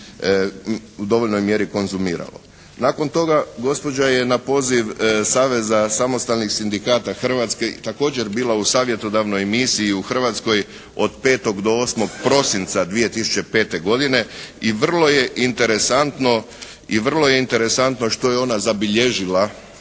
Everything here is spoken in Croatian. u dovoljnoj mjeri konzumiralo. Nakon toga gospođa je na poziv Saveza samostalnih sindikata Hrvatske također bila u savjetodavnoj misiji u Hrvatskoj od 5. do 8. prosinca 2005. godine i vrlo je interesantno što je ona zabilježila